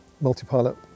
multi-pilot